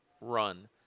run